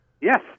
Yes